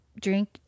drink